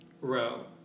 row